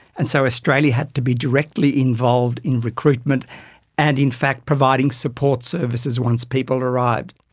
and so australia had to be directly involved in recruitment and in fact providing support services once people arrived.